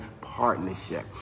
partnership